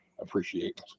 appreciate